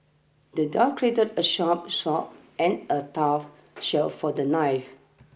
the dwarf crafted a sharp sword and a tough shield for the knife